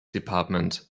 department